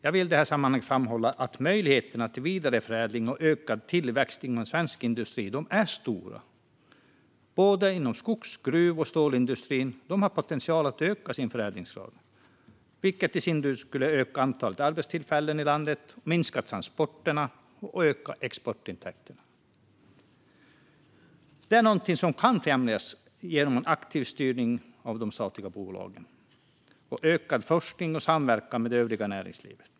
Jag vill i detta sammanhang framhålla att möjligheterna till vidareförädling och ökad tillväxt inom svensk industri är stora. Både skogs-, gruv och stålindustrin har potential att öka sin förädlingsgrad, vilket i sin tur skulle öka antalet arbetstillfällen i landet, minska transporterna och öka exportintäkterna. Detta är någonting som kan främjas genom en aktiv styrning av de statliga bolagen och genom ökad forskning och samverkan med det övriga näringslivet.